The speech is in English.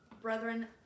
Brethren